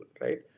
right